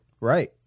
Right